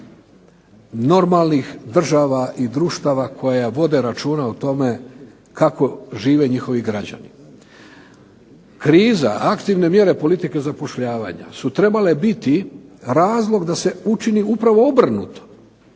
normalnih država i društava koja vode računa o tome kako žive njihovi građani. Kriza aktivne mjere politike zapošljavanja su trebale biti razlog da se učini upravo obrnuto